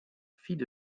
fille